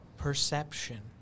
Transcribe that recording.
perception